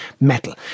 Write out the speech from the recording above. metal